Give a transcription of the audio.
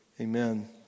Amen